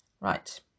Right